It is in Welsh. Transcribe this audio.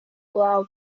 glaw